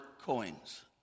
coins